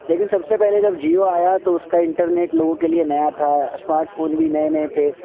لیکن سب سے پہلے جب جیو آیا تو اس کا انٹرنیٹ لوگوں کے لیے نیا تھا اسمارٹ فون بھی نئے نئے تھے